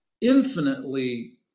infinitely